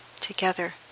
together